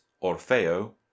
Orfeo